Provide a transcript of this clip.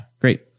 Great